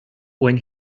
when